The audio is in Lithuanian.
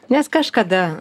nes kažkada